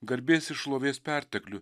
garbės ir šlovės perteklių